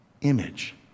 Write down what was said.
image